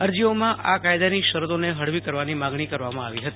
અરજીઓમાં આ કાયદાની શરતોને હળવી કરવાની માંગણી કરવામાં આવી હતી